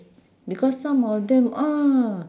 because some of them ah